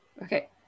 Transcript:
Okay